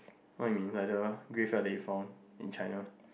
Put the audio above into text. what you mean like the graveyard that you found in China